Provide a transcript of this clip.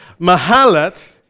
Mahalath